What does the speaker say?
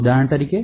ઉદાહરણ તરીકે